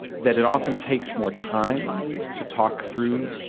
that it often takes more time to talk through,